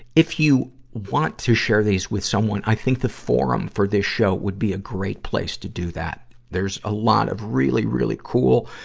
if you want to share these with someone, i think the forum for this show would be a great place to do that. there's a lot of really, really cool,